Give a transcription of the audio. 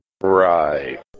right